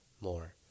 more